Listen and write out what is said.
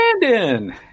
Brandon